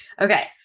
Okay